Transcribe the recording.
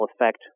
effect